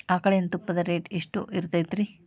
ಆಕಳಿನ ತುಪ್ಪದ ರೇಟ್ ಎಷ್ಟು ಇರತೇತಿ ರಿ?